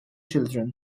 children